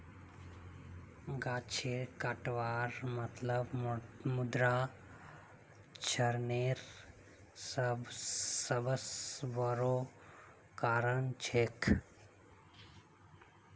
गाछेर कटवार मतलब मृदा क्षरनेर सबस बोरो कारण छिके